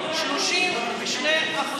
32%,